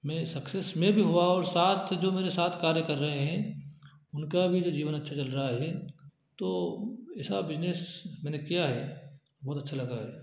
मैं सक्सेस मैं भी हुआ और साथ जो मेरे साथ कार्य कर रहे हैं उनका भी तो जीवन अच्छा चल रहा है तो ऐसा बिजनेस मैंने किया है बहुत अच्छा लग रहा है